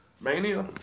Mania